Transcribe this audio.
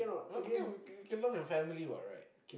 we're talking about you can love your family what right can